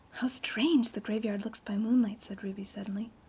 how strange the graveyard looks by moonlight! said ruby suddenly.